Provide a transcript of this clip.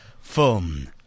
film